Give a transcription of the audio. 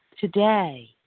today